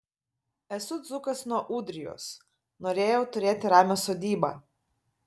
esu dzūkas nuo ūdrijos norėjau turėti ramią sodybą